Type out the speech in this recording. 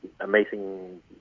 amazing